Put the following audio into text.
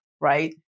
right